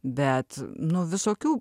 bet nu visokių